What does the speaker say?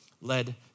led